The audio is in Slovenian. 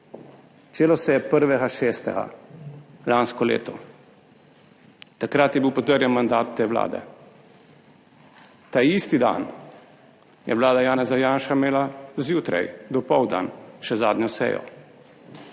Začelo se je 1. 6. lansko leto, takrat je bil potrjen mandat te vlade, taisti dan je vlada Janeza Janše imela zjutraj, dopoldan še zadnjo sejo.